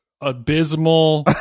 abysmal